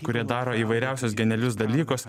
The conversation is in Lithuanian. kurie daro įvairiausius genialius dalykus